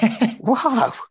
Wow